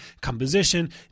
composition